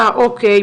אוקי,